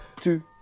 two